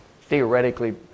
theoretically